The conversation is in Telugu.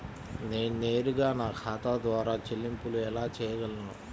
నేను నేరుగా నా ఖాతా ద్వారా చెల్లింపులు ఎలా చేయగలను?